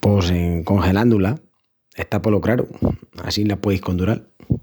Pos encongelandu-la, está polo craru, assín la pueis condural.